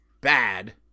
bad